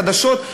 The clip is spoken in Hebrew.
חדשות.